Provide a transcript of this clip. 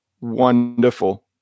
Wonderful